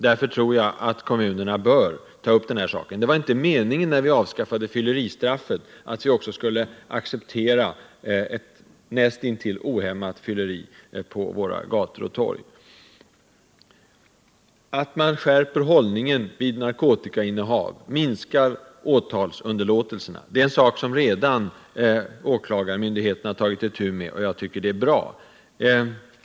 Därför anser jag att kommunerna bör ta upp den här frågan. Det var inte meningen, när vi avskaffade fyileristraffet, att vi också skulle acceptera ett näst intill ohämmat fylleri på våra gator och torg. Att skärpa hållningen vid narkotikainnehav genom att minska åtalsunderlåtelserna är något som åklagarmyndigheterna redan har tagit itu med, och jag tycker det är bra.